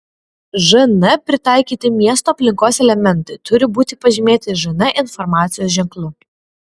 žn pritaikyti miesto aplinkos elementai turi būti pažymėti žn informacijos ženklu